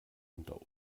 unter